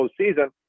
postseason